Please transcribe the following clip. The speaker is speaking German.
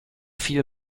viel